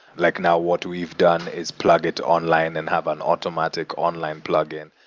like now, what we've done is plug it online and have an automatic online plugin.